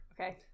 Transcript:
Okay